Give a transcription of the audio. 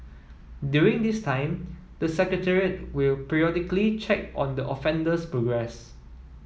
during this time the Secretariat will periodically check on the offender's progress